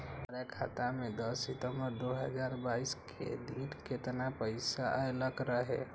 हमरा खाता में दस सितंबर दो हजार बाईस के दिन केतना पैसा अयलक रहे?